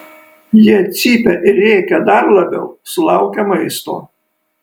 jie cypia ir rėkia dar labiau sulaukę maisto